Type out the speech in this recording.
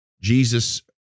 Jesus